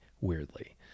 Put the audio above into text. weirdly